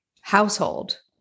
household